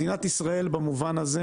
מדינת ישראל במובן הזה